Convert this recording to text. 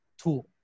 tool